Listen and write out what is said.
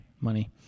money